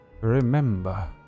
remember